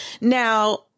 now